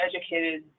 educated